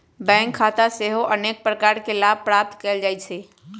bank खता होयेसे अनेक प्रकार के लाभ प्राप्त कएल जा सकइ छै